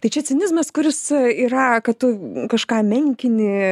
tai čia cinizmas kuris yra kad tu kažką menkini